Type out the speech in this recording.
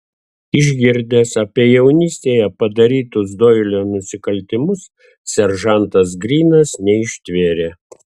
išgirdęs apie jaunystėje padarytus doilio nusikaltimus seržantas grynas neištvėrė